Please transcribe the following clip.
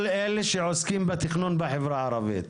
כל אלה שעוסקים בתכנון בחברה הערבית.